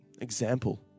example